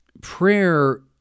Prayer